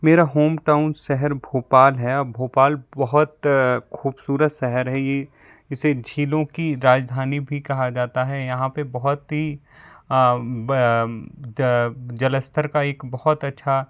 मेरा होमटाउन शहर भोपाल है भोपाल बहुत खूबसूरत शहर है ये इसे झीलों की राजधानी भी कहा जाता है यहाँ पे बहुत ही जल स्तर का एक बहुत अच्छा